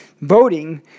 Voting